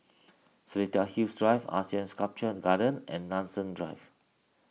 Seletar Hills Drive Asean Sculpture Garden and Nanson Drive